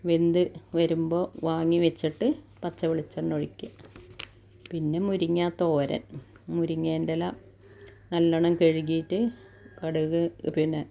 വെന്ത് വരുമ്പോൾ വാങ്ങി വെച്ചിട്ട് പച്ച വെളിച്ചണ്ണെയൊഴിക്കുക പിന്നെ മുരിങ്ങാത്തോരൻ മുരിങ്ങേൻറ്റെല നല്ലോണം കഴുകീട്ട് കടുക് പിന്നെ